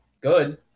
Good